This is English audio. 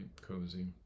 cozy